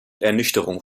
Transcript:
ernüchterung